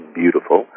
beautiful